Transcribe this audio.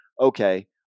okay